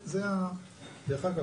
דרך אגב,